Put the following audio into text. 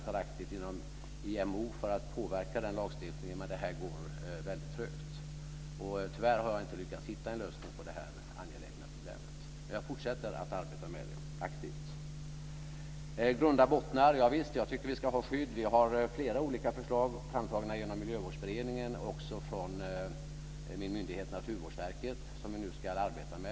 Vi arbetar aktivt inom IMO för att påverka den lagstiftningen, men det går väldigt trögt. Tyvärr har jag inte lyckats att hitta en lösning på det här angelägna problemet, men jag fortsätter att arbeta aktivt med det. När det gäller grunda bottnar tycker jag att vi ska ha ett skydd. Det finns flera olika förslag framtagna genom Miljövårdsberedningen och av min myndighet Naturvårdsverket som vi nu ska arbeta med.